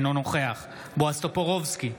אינו נוכח בועז טופורובסקי,